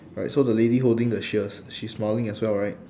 right so the lady holding the shears she is smiling as well right